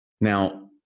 Now